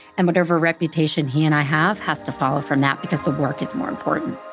and whatever reputation he and i have has to follow from that, because the work is more important.